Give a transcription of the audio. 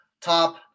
Top